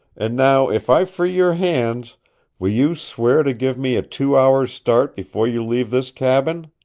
and now if i free your hands will you swear to give me a two hours' start before you leave this cabin?